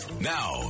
Now